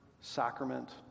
sacrament